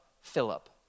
Philip